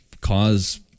cause